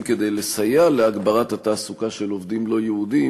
כדי לסייע להגברת התעסוקה של עובדים לא-יהודים.